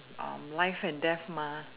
uh life and death mah